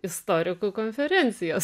istorikų konferencijas